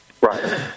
Right